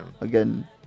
Again